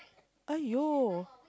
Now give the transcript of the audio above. !aiyo!